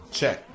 Check